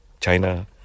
China